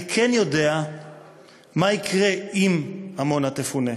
אני כן יודע מה יקרה אם עמונה תפונה,